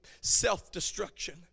self-destruction